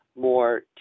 more